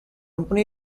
company